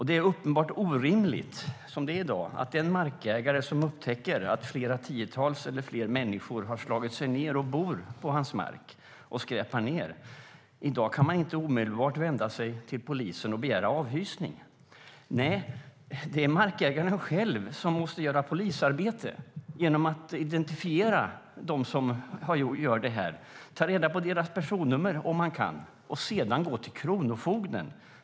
Det är uppenbart orimligt som det är i dag, det vill säga att den markägare som upptäcker att tiotals eller fler människor har slagit sig ned på hans mark, bor där och skräpar ned inte omedelbart kan vända sig till polisen och begära avhysning. Nej, det är markägaren själv som måste göra polisarbete genom att identifiera dem som gör det. Han måste ta reda på deras personnummer, om han kan, och sedan gå till kronofogden.